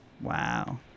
Wow